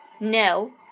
No